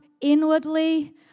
inwardly